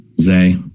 Zay